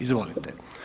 Izvolite.